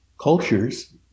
cultures